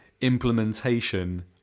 implementation